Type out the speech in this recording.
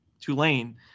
Tulane